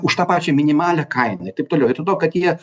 už tą pačią minimalią kainą ir taip toliau vietoj to kad jie